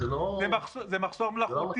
כי אין --- זה לא מחסור בגלל מחסור.